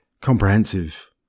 comprehensive